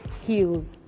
heels